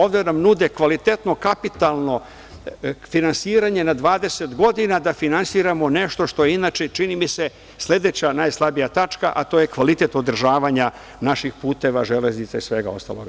Ovde nam nude kvalitetno kapitalno finansiranje na 20 godina, da finansiramo nešto što je inače, čini mi se, sledeća najslabija tačka, a to je kvalitet održavanja naših puteva, železnice i svega ostalog.